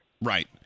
Right